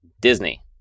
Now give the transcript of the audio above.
Disney